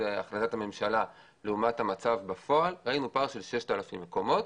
החלטת הממשלה לעומת המצב בפועל ראינו פער של 6,000 מקומות.